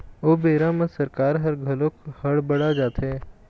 ओ बेरा म सरकार ह घलोक हड़ बड़ा जाथे